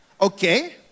Okay